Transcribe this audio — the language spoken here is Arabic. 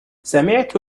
سمعت